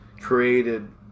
created